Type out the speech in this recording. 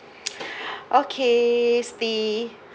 okay siti